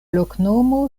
loknomo